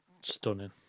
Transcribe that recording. Stunning